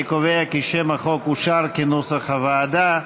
אני קובע כי שם החוק אושר כנוסח הוועדה.